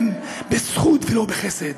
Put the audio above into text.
כן, בזכות ולא בחסד.